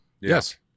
Yes